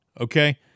Okay